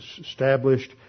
established